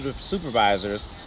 supervisors